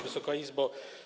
Wysoka Izbo!